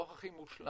לא הכי מושלם,